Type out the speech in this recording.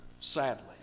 Sadly